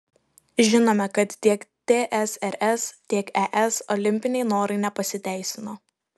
žinome kad tiek tsrs tiek ir es olimpiniai norai nepasiteisino